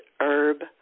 herb